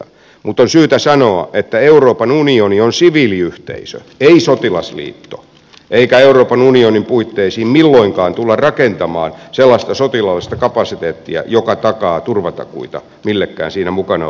mutta on syytä sanoa että euroopan unioni on siviiliyhteisö ei sotilasliitto eikä euroopan unionin puitteisiin milloinkaan tulla rakentamaan sellaista sotilaallista kapasiteettia joka takaa turvatakuita millekään siinä mukana olevalle maalle